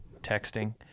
texting